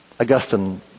Augustine